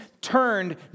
turned